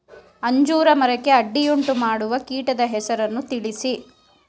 ಅಂಜೂರ ಮರಕ್ಕೆ ಅಡ್ಡಿಯುಂಟುಮಾಡುವ ಕೀಟದ ಹೆಸರನ್ನು ತಿಳಿಸಿ?